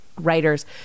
writers